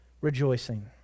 rejoicing